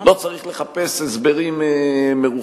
לא צריך לחפש הסברים מרוחקים.